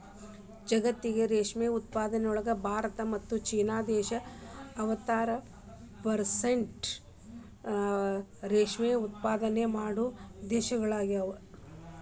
ಜಗತ್ತಿನ ರೇಷ್ಮೆ ಉತ್ಪಾದನೆಯೊಳಗ ಭಾರತ ಮತ್ತ್ ಚೇನಾ ದೇಶ ಅರವತ್ ಪೆರ್ಸೆಂಟ್ನಷ್ಟ ರೇಷ್ಮೆ ಉತ್ಪಾದನೆ ಮಾಡೋ ದೇಶಗಳಗ್ಯಾವ